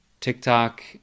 TikTok